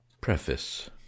Preface